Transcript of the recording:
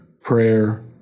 prayer